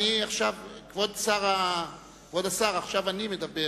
כבוד השר, עכשיו אני מדבר.